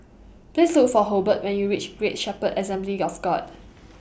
Please Look For Hobart when YOU REACH Great Shepherd Assembly of God